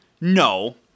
No